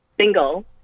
single